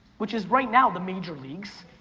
which is right now the major leagues,